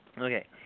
Okay